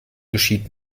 geschieht